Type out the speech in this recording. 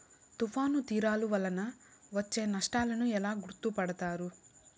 తుఫాను తీరాలు వలన వచ్చే నష్టాలను ఎలా గుర్తుపడతారు?